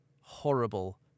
horrible